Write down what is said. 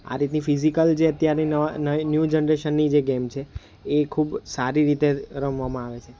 આ રીતની ફિઝિકલ જે અત્યારની નવા ન્યુ જનરેશનની જે ગેમ છે એ ખૂબ સારી રીતે રમવામાં આવે છે